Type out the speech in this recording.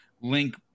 Link